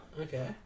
Okay